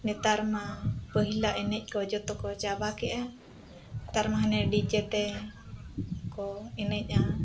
ᱱᱮᱛᱟᱨᱼᱢᱟ ᱯᱟᱹᱦᱤᱞᱟᱜ ᱮᱱᱮᱡ ᱠᱚ ᱡᱚᱛᱚ ᱠᱚ ᱪᱟᱵᱟ ᱠᱮᱫᱟ ᱱᱮᱛᱟᱨᱢᱟ ᱦᱟᱱᱮ ᱰᱤᱡᱮ ᱛᱮᱠᱚ ᱮᱱᱮᱡᱼᱟ